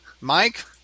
Mike